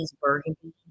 burgundy